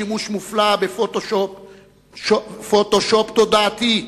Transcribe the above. שימוש מופלא ב"פוטו-שופ" תודעתי,